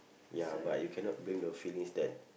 ya but you cannot bring your feelings that